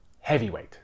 heavyweight